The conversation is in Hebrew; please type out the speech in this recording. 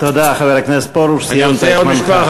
תודה, חבר הכנסת פרוש, סיימת את זמנך.